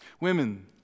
Women